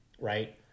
right